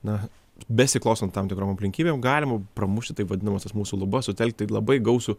na besiklostant tam tikrom aplinkybėm galima pramušti taip vadinamąsias mūsų lubas sutelkti labai gausų